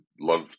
love